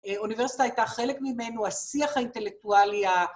האוניברסיטה הייתה חלק ממנו, השיח האינטלקטואלי ה...